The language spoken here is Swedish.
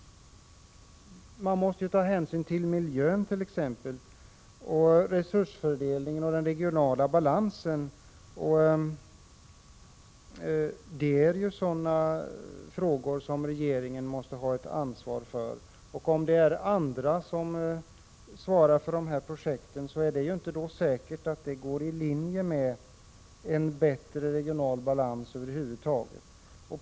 Man måste exempelvis ta hänsyn till miljön, resursfördelningen och den regionala balansen, och detta är sådana frågor som regeringen måste ha ett ansvar för. Om det är andra som svarar för de här projekten, är det inte säkert att de går i linje med en bättre regional balans över huvud taget.